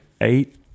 eight